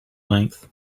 length